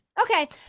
okay